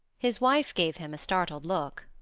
his wife gave him a startled look.